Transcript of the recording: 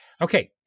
Okay